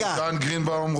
עידן גרינבאום,